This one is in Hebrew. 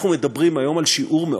אדוני היושב-ראש,